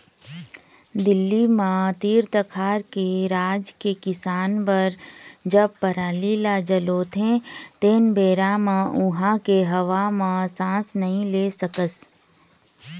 दिल्ली म तीर तखार के राज के किसान बर जब पराली ल जलोथे तेन बेरा म उहां के हवा म सांस नइ ले सकस